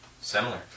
Similar